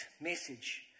message